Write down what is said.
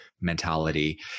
mentality